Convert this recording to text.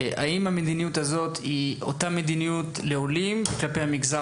האם המדיניות הזו תקיפה גם כלפי המגזר